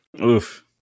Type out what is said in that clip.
Oof